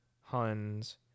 Huns